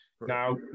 Now